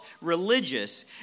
religious